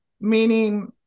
meaning